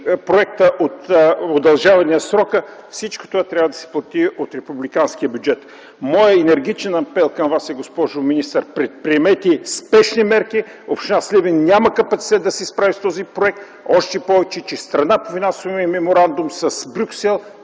проекта от удължаване на срока, всичко това трябва да се плати от републиканския бюджет. Моят енергичен апел към Вас, госпожо министър, е: предприемете спешни мерки, община Сливен няма капацитет да се справи с този проект, още повече, че страна по финансовия меморандум с Брюксел